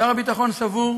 שר הביטחון סבור